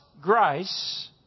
grace